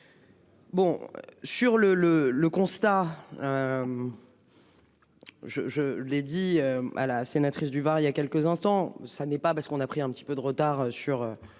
Bon sur le le le constat. Je je l'ai dit à la sénatrice du Var. Il y a quelques instants, ça n'est pas parce qu'on a pris un petit peu de retard sur